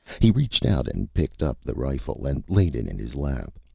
he reached out and picked up the rifle and laid it in his lap.